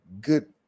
good